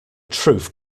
truth